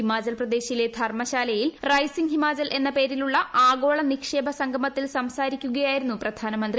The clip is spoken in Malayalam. ഹിമാചൽ പ്രദേശിലെ ധർമ്മശാലയിൽ റൈസിംഗ് ഹിമാചൽ എന്ന പേരിലുള്ള ആഗോള നിക്ഷേപ സംഗമത്തിൽ സംസാരിക്കുകയായിരുന്നു പ്രധാനമന്ത്രി